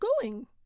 going